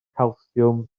calsiwm